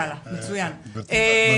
על